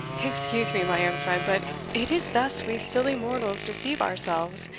excuse me, my young friend but it is thus we silly mortals deceive ourselves,